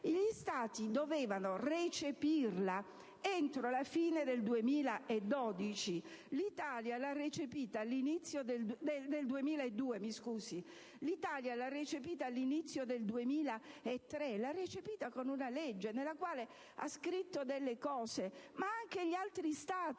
Gli Stati dovevano recepirla entro la fine del 2002. L'Italia l'ha recepita all'inizio del 2003 con una legge nella quale ha scritto delle cose; ma anche gli altri Stati